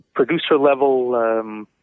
Producer-level